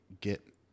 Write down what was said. get